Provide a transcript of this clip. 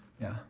yeah.